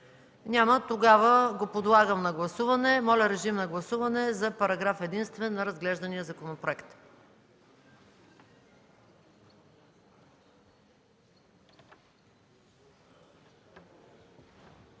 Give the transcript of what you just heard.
Няма. Тогава го подлагам на гласуване. Моля, режим на гласуване за параграф единствен на разглеждания законопроект.